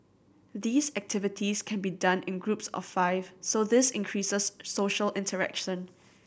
these activities can be done in groups of five so this increases social interaction